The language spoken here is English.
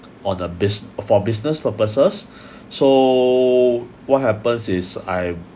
on the bis~ for the business purposes so what happen is I